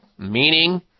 meaning